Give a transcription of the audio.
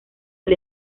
del